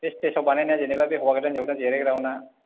बे स्टेजआव बानायनाय जेनेबा बे हौवा गोदान हिन्जाव गोदान जिरायग्राना